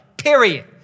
period